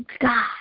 God